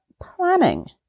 planning